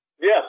Yes